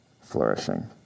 flourishing